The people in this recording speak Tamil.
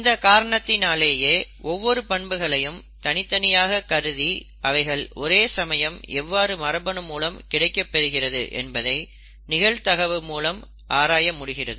இந்த காரணத்தினாலேயே ஒவ்வொரு பண்புகளையும் தனியாக கருதி அவைகள் ஒரே சமயம் எவ்வாறு மரபணு மூலம் கிடைக்கப் பெறுகிறது என்பதை நிகழ்தகவு கொண்டு ஆராய முடிகிறது